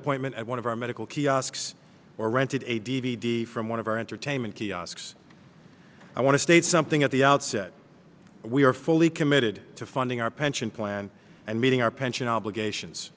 appointment at one of our medical kiosks or rented a d v d from one of our entertainment kiosks i want to state something at the outset we are fully committed to funding our pension plan and meeting our pension obligations